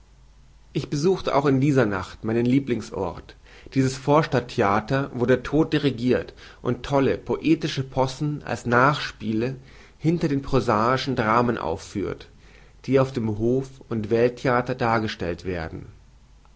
ich besuchte auch in dieser nacht meinen lieblingsort dieses vorstadtstheater wo der tod dirigirt und tolle poetische possen als nachspiele hinter den prosaischen dramen aufführt die auf dem hof und welttheater dargestellt werden